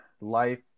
life